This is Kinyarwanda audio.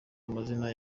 amazina